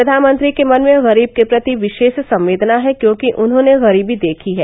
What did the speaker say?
प्रधानमंत्री के मन में गरीब के प्रति विषेश संवेदना है क्योंकि उन्होंने गरीबी देखी है